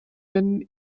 wenn